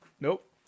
Nope